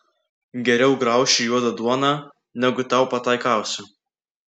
geriau graušiu juodą duoną negu tau pataikausiu